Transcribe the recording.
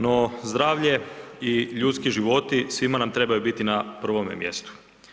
No, zdravlje i ljudski životi svima nam trebaju biti na prvom mjestu.